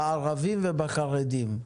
בערבים ובחרדים.